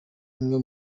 imwe